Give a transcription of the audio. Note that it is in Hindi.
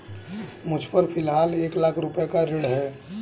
मुझपर फ़िलहाल एक लाख रुपये का ऋण है